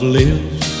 lives